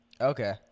Okay